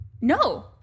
No